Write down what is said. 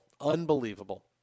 Unbelievable